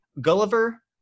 Gulliver